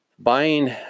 Buying